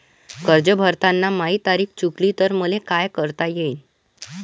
कर्ज भरताना माही तारीख चुकली तर मले का करता येईन?